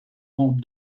rang